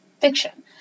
fiction